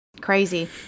Crazy